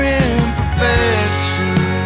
imperfection